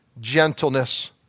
gentleness